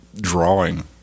drawing